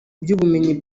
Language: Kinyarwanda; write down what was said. by’ubumenyi